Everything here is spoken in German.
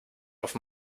auf